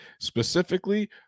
specifically